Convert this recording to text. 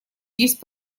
есть